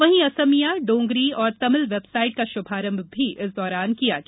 वहीं असमिया डोंगरी और तमिल वेबसाईट का शुभारंभ भी किया गया